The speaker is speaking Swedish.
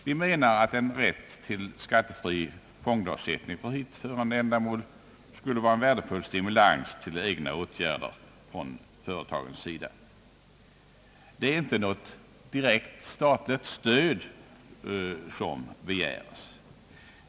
Vi menar att en rätt till skattefri fondavsättning för ifrågavarande ändamål skulle vara en värdefull stimulans till egna åtgärder från företagens sida. Det är inte något direkt statligt stöd som begärs.